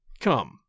Come